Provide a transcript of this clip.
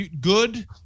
good